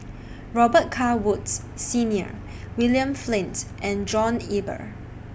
Robet Carr Woods Senior William Flint and John Eber